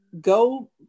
go